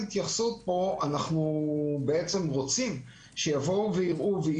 אנחנו רוצים שיבואו ויראו מה קורה בשטח,